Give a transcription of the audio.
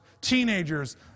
Teenagers